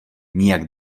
nijak